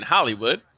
Hollywood